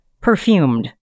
perfumed